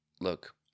look